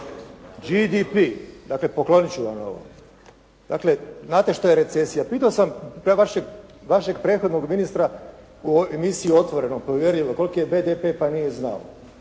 GDP, dakle poklonit ću vam. Znate što je recesija, pitao sam vaše prethodnog ministra u emisiji "Otvoreno", "Provjerljivo" koliki je BDP pa nije znao,